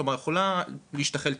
כלומר, יכולה להשתחל טעות.